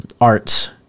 Arts